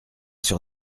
sur